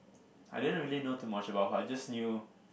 I didn't really know too much about her I just knew